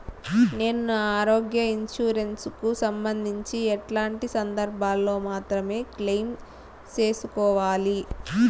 నేను నా ఆరోగ్య ఇన్సూరెన్సు కు సంబంధించి ఎట్లాంటి సందర్భాల్లో మాత్రమే క్లెయిమ్ సేసుకోవాలి?